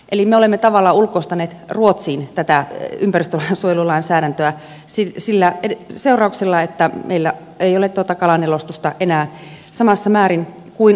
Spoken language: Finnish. eli me olemme tavallaan ulkoistaneet ruotsiin tätä ympäristönsuojelulainsäädäntöä sillä seurauksella että meillä ei ole kalanjalostusta enää samassa määrin kuin aiemmin